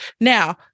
Now